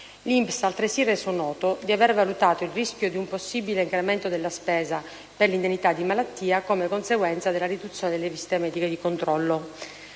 L'INPS ha altresì reso noto di aver valutato il rischio di un possibile incremento della spesa per l'indennità di malattia, come conseguenza della riduzione delle visite mediche di controllo.